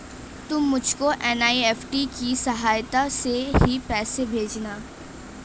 तुम मुझको एन.ई.एफ.टी की सहायता से ही पैसे भेजना